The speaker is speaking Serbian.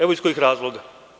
Evo iz kojih razloga.